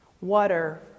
Water